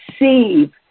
receive